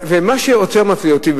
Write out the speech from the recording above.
ומה שיותר מפליא אותי,